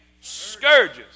scourges